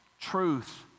truth